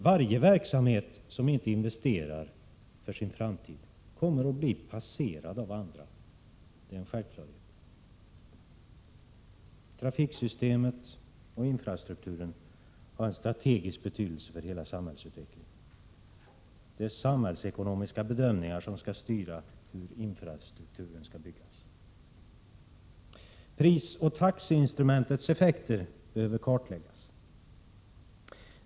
Varje verksamhet som inte investerar för sin framtid kommer att bli passerad av andra. Det är en självklarhet. Trafiksystemet och infrastrukturen har en strategisk betydelse för hela samhällsutvecklingen. Det är samhällsekonomiska bedömningar som skall styra hur infrastrukturen skall utformas. Prisoch taxeinstrumentets effekter behöver kartläggas.